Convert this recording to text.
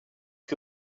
que